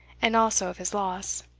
and also of his loss.